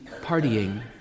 partying